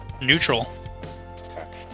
neutral